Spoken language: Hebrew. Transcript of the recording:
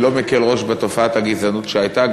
אני לא מקל ראש בתופעת הגזענות שהייתה,